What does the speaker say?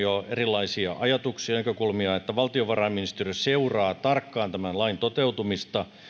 jo paljon erilaisia ajatuksia näkökulmia niin valtiovarainministeriö seuraa tarkkaan tämän lain toteutumista